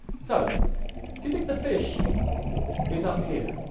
so do you think the fish is up here?